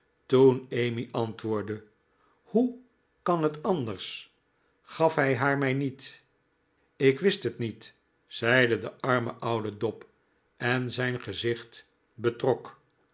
toen emmy antwoordde t hoe kan het anders gaf hij haar mij niet ik wist het niet zeide de arme oude dob en zijn gezicht betrok